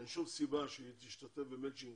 אין שום סיבה שהיא תשתתף במצ'ינג